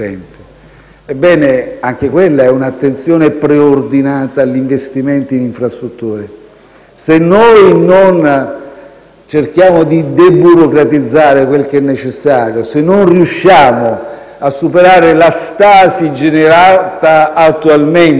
Ebbene, anche quella è un'attenzione preordinata agli investimenti in infrastrutture. Se noi non cerchiamo di deburocratizzare quel che è necessario, se non riusciamo a superare la stasi generata attualmente